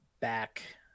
back